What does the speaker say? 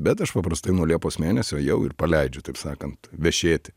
bet aš paprastai nuo liepos mėnesio jau ir paleidžiu taip sakant vešėti